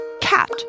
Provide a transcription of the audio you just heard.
cat